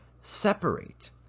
separate